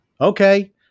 Okay